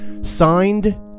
Signed